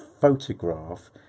photograph